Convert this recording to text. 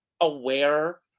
aware